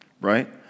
right